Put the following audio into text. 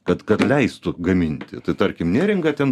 kad kad leistų gaminti tarkim tai neringa ten